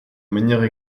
manière